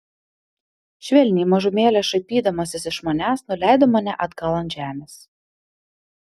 švelniai mažumėlę šaipydamasis iš manęs nuleido mane atgal ant žemės